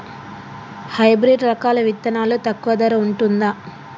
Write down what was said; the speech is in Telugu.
హైబ్రిడ్ రకాల విత్తనాలు తక్కువ ధర ఉంటుందా?